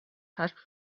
had